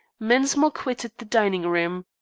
mensmore quitted the dining-room.